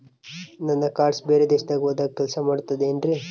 ನನ್ನ ಕಾರ್ಡ್ಸ್ ಬೇರೆ ದೇಶದಲ್ಲಿ ಹೋದಾಗ ಕೆಲಸ ಮಾಡುತ್ತದೆ ಏನ್ರಿ?